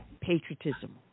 patriotism